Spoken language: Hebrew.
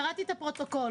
קראתי את הפרוטוקול,